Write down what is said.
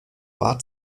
war